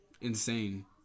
insane